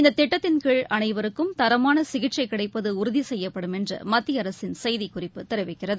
இந்த திட்டத்தின் கீழ் அளைவருக்கும் தரமாள சிகிச்சை கிளடப்பது உறுதி செய்யப்படும் என்று மத்திய அரசின் செய்திக்குறிப்பு தெரிவிக்கிறது